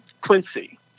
Quincy